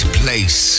place